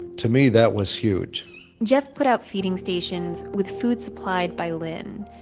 to me, that was huge jeff put out feeding stations with food supplied by lynn.